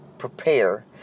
prepare